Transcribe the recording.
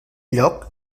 lloc